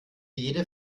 jede